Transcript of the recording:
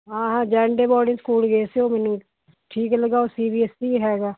ਹਾਂ ਹਾਂ Jain day boarding school ਗਏ ਸੀ ਉਹ ਮੈਨੂੰ ਠੀਕ ਲੱਗਾ ਉਹ ਸੀ ਬੀ ਐਸ ਈ ਵੀ ਹੈਗਾ